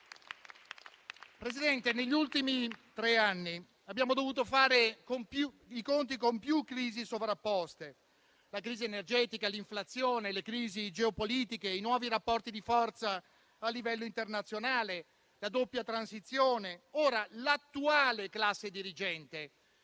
Presidente, negli ultimi tre anni abbiamo dovuto fare i conti con più crisi sovrapposte: la crisi energetica, l'inflazione, le crisi geopolitiche, i nuovi rapporti di forza a livello internazionale, la doppia transizione. Ora, l'attuale classe dirigente,